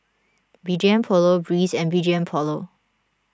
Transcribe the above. B G M Polo Breeze and B G M Polo